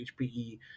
HPE